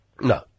No